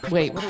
Wait